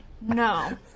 No